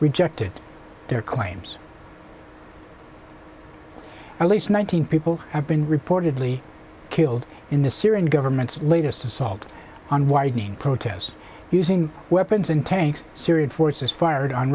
rejected their claims at least one thousand people have been reportedly killed in the syrian government's latest assault on widening protests using weapons and tanks syrian forces fired on